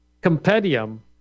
compendium